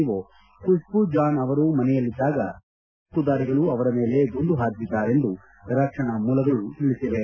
ಓ ಖುಷ್ಟೂ ಜಾನ್ ಅವರು ಮನೆಯಲ್ಲಿದ್ದಾಗ ಅಪರಿಚಿತ ಬಂದೂಕುದಾರಿಗಳು ಅವರ ಮೇಲೆ ಗುಂಡು ಹಾರಿಸಿದ್ದಾರೆ ಎಂದು ರಕ್ಷಣಾ ಮೂಲಗಳು ತಿಳಿಸಿವೆ